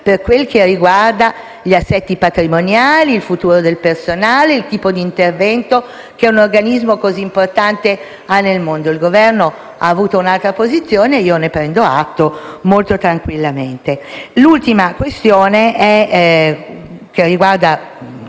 per quel che riguarda gli assetti patrimoniali, il futuro del personale e il tipo di intervento che un organismo così importante svolge nel mondo. Il Governo ha avuto un'altra posizione e ne prendo atto molto tranquillamente. L'ultima questione, che riguarda